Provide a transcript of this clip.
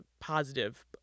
positive